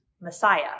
Messiah